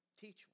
teach